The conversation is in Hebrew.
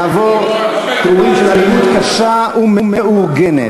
תיאורים של אלימות קשה ומאורגנת.